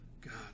God